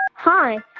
hi.